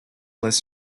less